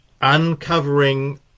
uncovering